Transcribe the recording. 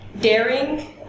daring